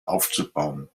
aufzubauen